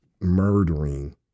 Murdering